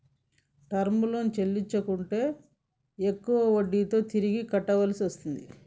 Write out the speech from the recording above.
term లోన్లను చెల్లించకుంటే ఎక్కువ వడ్డీతో తిరిగి కట్టాల్సి వస్తుంది